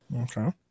okay